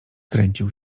kręcił